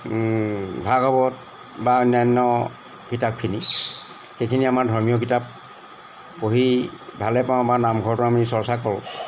ভাগৱত বা অন্যান্য কিতাপখিনি সেইখিনি আমাৰ ধৰ্মীয় কিতাপ পঢ়ি ভালে পাওঁ বা নামঘৰতো আমি চৰ্চা কৰোঁ